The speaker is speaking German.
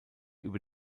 über